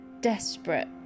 desperate